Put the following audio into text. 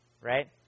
right